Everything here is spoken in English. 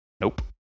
Nope